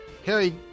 Harry